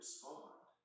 Respond